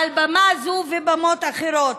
מעל במה זו ובמות אחרות,